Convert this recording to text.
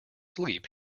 sleep